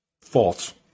False